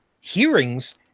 hearings